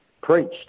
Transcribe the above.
preached